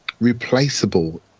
replaceable